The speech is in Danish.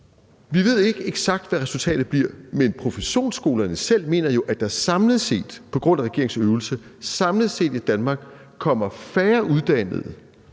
Vi ved ikke eksakt, hvad resultatet bliver, men professionsskolerne selv mener jo, at der samlet set på grund af regeringens